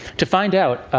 to find out,